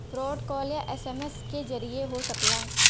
fraud call या SMS के जरिये हो सकला